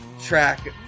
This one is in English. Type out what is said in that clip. track-